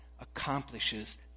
accomplishes